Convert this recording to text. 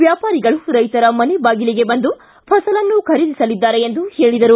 ವ್ಯಾಪಾರಿಗಳು ರೈತರ ಮನೆ ಬಾಗಿಲಿಗೆ ಬಂದು ಫಸಲನ್ನು ಖರೀದಿಸಲಿದ್ದಾರೆ ಎಂದು ಹೇಳಿದರು